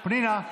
פנינה,